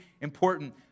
important